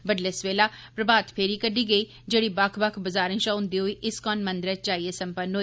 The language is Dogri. बड्डलै सवेला प्रभात फेरी कड्डी गेई जेहड़ी बक्ख बक्ख बजारें शा होन्दे होई इस्कान मंदरै च जाइयै सम्पन्न होई